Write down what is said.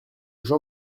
jean